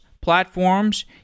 platforms